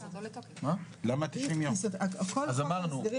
אז אמרנו,